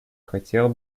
хотел